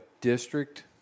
district